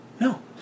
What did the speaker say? No